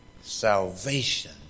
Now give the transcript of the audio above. salvation